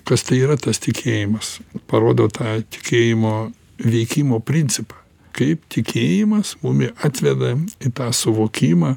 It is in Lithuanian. kas tai yra tas tikėjimas parodo tą tikėjimo veikimo principą kaip tikėjimas mumi atveda į tą suvokimą